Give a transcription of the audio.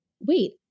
wait